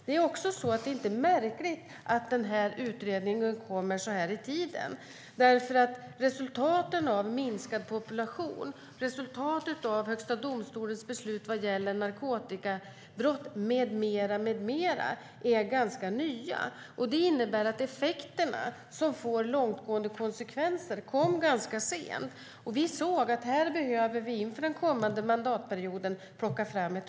Det är inte märkligt att den här utredningen tillsattes vid denna tid. Resultaten av minskad population, Högsta domstolens beslut vad gäller narkotikabrott med mera är ganska nya, och effekterna, som får långtgående konsekvenser, kom ganska sent. Vi såg att vi behövde plocka fram underlag inför den kommande mandatperioden.